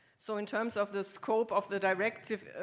so in terms of the scope of the directive,